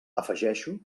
afegeixo